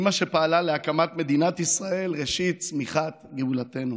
אימא שפעלה להקמת מדינת ישראל ראשית צמיחת גאולתנו,